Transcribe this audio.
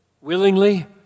willingly